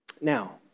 Now